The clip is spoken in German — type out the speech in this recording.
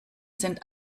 sind